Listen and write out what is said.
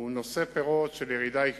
להצלת חיים,